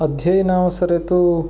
अध्ययनावसरे तु